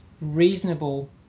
reasonable